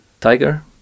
tiger